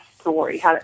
story